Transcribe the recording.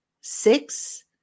six